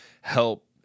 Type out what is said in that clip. help